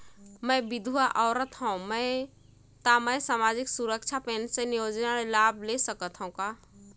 मैं विधवा औरत हवं त मै समाजिक सुरक्षा पेंशन योजना ले लाभ ले सकथे हव का?